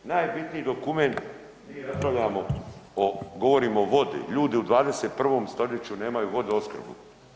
Najbitniji dokument mi raspravljamo, govorimo o vodi, ljudi u 21. stoljeću nemaju vodoopskrbu.